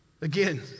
Again